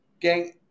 gang